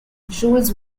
jules